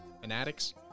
fanatics